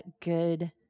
good